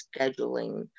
scheduling